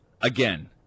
again